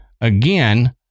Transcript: Again